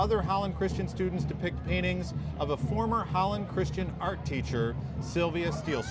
other holland christian students to pick paintings of the former holland christian art teacher sylvia